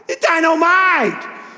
dynamite